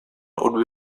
would